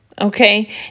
okay